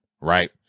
Right